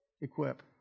equip